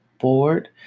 board